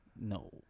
no